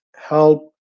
help